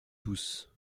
douce